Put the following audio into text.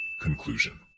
Conclusion